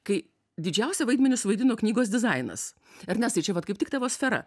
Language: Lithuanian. kai didžiausią vaidmenį suvaidino knygos dizainas ernestai čia vat kaip tik tavo sfera